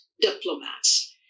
diplomats